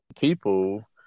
people